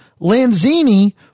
Lanzini